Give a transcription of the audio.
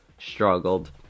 struggled